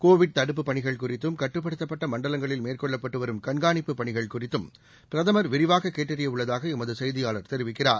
Covid தடுப்புப் பணிகள் குறித்தும் கட்டுப்படுத்தப்பட்ட மண்டலங்களில் மேற்கொள்ளப்பட்டு வரும் கண்காணிப்பு பணிகள் குறித்தும் பிரதம் விரிவாக கேட்டறிய உள்ளதாக எமது செய்தியாளர் தெரிவிக்கிறார்